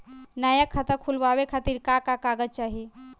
नया खाता खुलवाए खातिर का का कागज चाहीं?